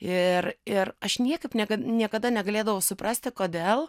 ir ir aš niekaip niekad niekada negalėdavau suprasti kodėl